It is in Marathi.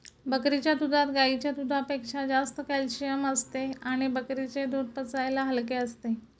बकरीच्या दुधात गाईच्या दुधापेक्षा जास्त कॅल्शिअम असते आणि बकरीचे दूध पचायला हलके असते